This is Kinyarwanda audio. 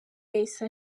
yahise